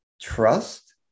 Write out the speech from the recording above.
trust